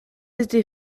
été